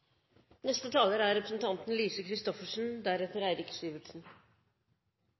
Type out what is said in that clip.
Neste taler er representanten Karin Andersen, deretter